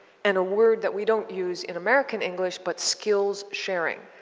and a word that we don't use in american english, but skills sharing.